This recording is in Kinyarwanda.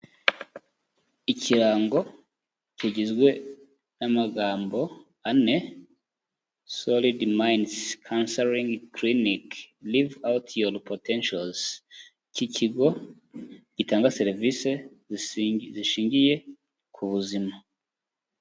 Ikirango kigizwe n'amagambo ane, sold minds counselling clinic live out your potential cy'ikigo gitanga serivisi zishingiye ku buzima.